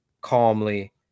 calmly